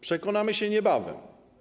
Przekonamy się niebawem.